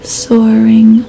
soaring